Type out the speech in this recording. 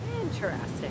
Interesting